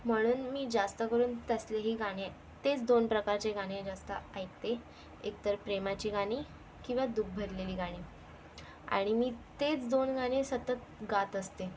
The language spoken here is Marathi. म्हणून मी जास्त करून तसलेही गाणी तेच दोन प्रकारची गाणी जास्त ऐकते एक तर प्रेमाची गाणी किंवा दुःख भरलेली गाणी आणि मी तेच दोन गाणी सतत गात असते